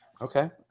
Okay